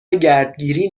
گردگیری